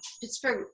Pittsburgh